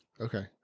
Okay